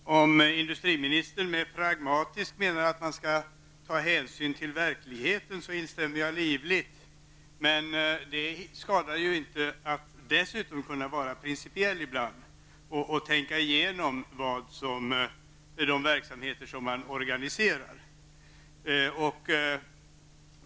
Herr talman! Om industriministern med ''pragmatisk'' menar att man skall ta hänsyn till verkligheten instämmer jag livligt. Men det skadar ju inte att ibland också vara principiell och tänka igenom de verksamheter som man organiserar.